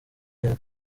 neza